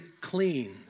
clean